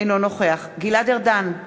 אינו נוכח גלעד ארדן,